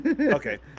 Okay